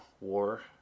War